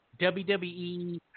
WWE